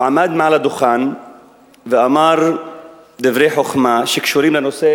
הוא עמד על הדוכן ואמר דברי חוכמה שקשורים לנושא